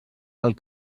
del